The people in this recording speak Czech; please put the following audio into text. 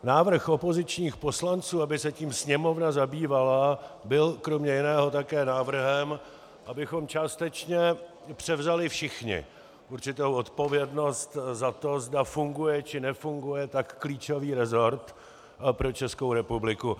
Návrh opozičních poslanců, aby se tím Sněmovna zabývala, byl kromě jiného také návrhem, abychom částečně převzali všichni určitou odpovědnost za to, zda funguje, či nefunguje tak klíčový resort pro Českou republiku.